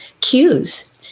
cues